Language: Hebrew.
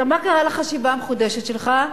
מה קרה לחשיבה המחודשת שלך?